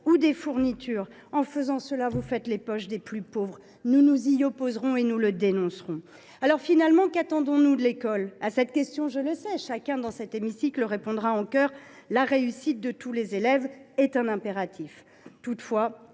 voyages scolaires. En faisant cela, vous faites les poches des plus pauvres ! Nous nous y opposerons et nous le dénoncerons. Finalement, qu’attendons nous de l’école ? À cette question, les uns et les autres, dans cet hémicycle, répondront en chœur :« La réussite de tous les élèves est un impératif.